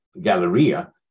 Galleria